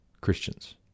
Christians